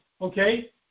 Okay